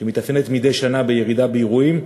שמתאפיינת מדי שנה בירידה באירועים,